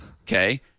okay